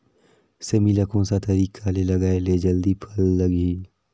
सेमी ला कोन सा तरीका से लगाय ले जल्दी फल लगही?